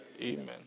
Amen